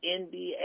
NBA